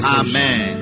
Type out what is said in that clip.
amen